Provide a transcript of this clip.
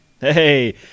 Hey